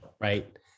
right